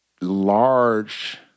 large